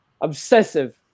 obsessive